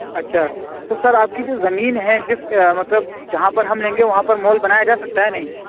اچھا تو سر آپ کی جو زمین ہے جس مطلب جہاں پر ہم لیں گے وہاں پر مال بنایا جا سکتا ہے نہیں